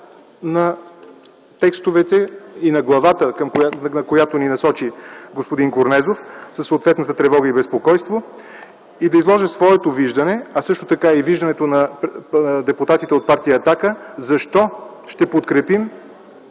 на текстовете и на главата, към която ни насочи господин Корнезов със съответната тревога и безпокойство, и да изложа своето виждане, а също така и виждането на депутатите от партия „Атака” защо ще подкрепим,